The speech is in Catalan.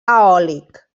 eòlic